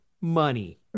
money